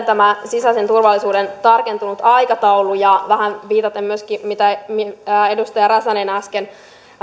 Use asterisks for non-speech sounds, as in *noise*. *unintelligible* tämä sisäisen turvallisuuden tarkentunut aikataulu ja vähän viitaten myöskin siihen mitä edustaja räsänen äsken